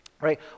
right